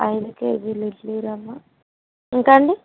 ఐదు కేజీలు ఇడ్లీ రవ్వ ఇంకా అండి